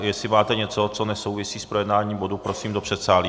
Jestli máte něco, co nesouvisí s projednáním bodu, prosím do předsálí.